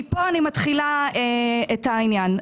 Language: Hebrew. מפה אני מתחילה את העניין.